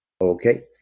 Okay